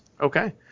okay